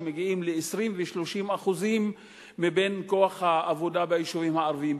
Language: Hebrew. שמגיעים ל-20% ו-30% מכוח העבודה ביישובים הערביים.